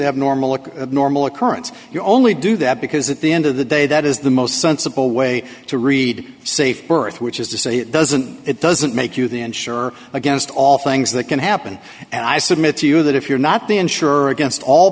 abnormal look normal occurrence you only do that because at the end of the day that is the most sensible way to read safe birth which is to say it doesn't it doesn't make you the ensure against all things that can happen and i submit to you that if you're not the insurer against all